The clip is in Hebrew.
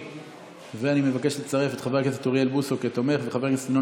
הוראת שעה),